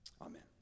Amen